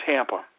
Tampa